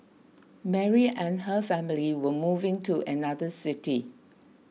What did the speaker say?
Mary and her family were moving to another city